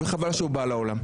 וחבל שהוא בא לעולם.